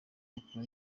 akura